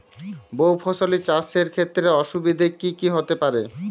বহু ফসলী চাষ এর ক্ষেত্রে অসুবিধে কী কী হতে পারে?